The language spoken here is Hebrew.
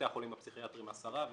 בתי החולים הפסיכיאטריים ב-10 מיליון